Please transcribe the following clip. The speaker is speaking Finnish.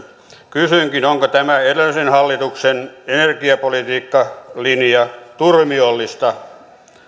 kysynkin onko tämä edellisen hallituksen energiapolitiikkalinja turmiollista